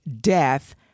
death